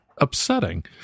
upsetting